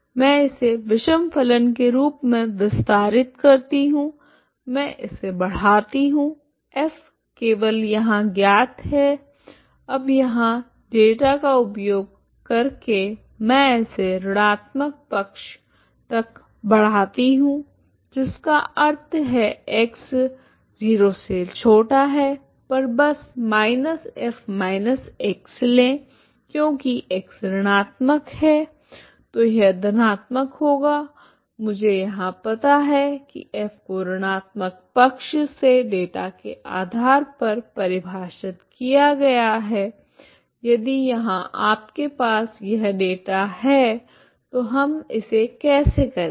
मैं इसे विषम फलन के रूप में विस्तारित करती हूं मैं इसे बढ़ाती हूं F केवल यहां ज्ञात है अब यहां डेटा का उपयोग करके मैं इसे ऋणात्मक पक्ष तक बढ़ाती हूं जिसका अर्थ है x0 पर बस −F−x लें क्योंकि x ऋणात्मक है तो यह धनात्मक होगा मुझे यहां पता है कि F को ऋणात्मक पक्ष मे डेटा के आधार पर परिभाषित किया गया है यदि यहां आपके पास यह डेटा है तो हम इसे कैसे करेगे